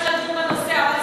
על מנת לדון בנושא.